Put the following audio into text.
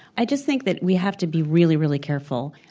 i just think that we have to be really, really careful.